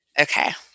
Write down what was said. Okay